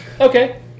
Okay